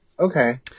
Okay